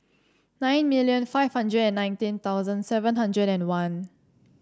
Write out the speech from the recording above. nine million five hundred and nineteen thousand seven hundred and one